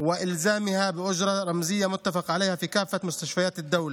וחיוב במחיר סמלי קבוע בכל בתי החולים בארץ.